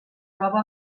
prova